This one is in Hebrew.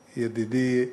ידידי,